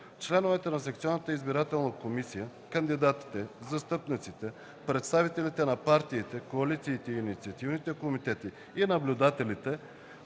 Членовете на секционната избирателна комисия, кандидатите, застъпниците, представителите на партиите, коалициите и инициативните комитети и наблюдателите